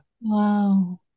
Wow